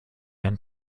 einen